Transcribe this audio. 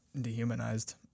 dehumanized